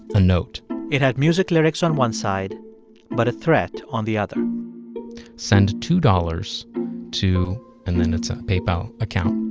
a note it had music lyrics on one side but a threat on the other send two dollars to and then it's a paypal account.